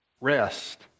rest